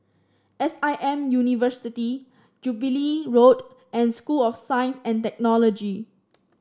S I M University Jubilee Road and School of Science and Technology